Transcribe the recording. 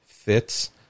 Fits